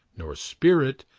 nor spirit,